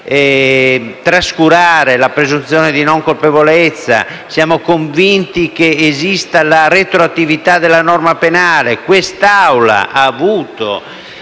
anche convinti che esista la retroattività della norma penale. Quest'Aula ha avuto